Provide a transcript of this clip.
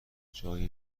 جای